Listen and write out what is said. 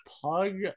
pug